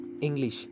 English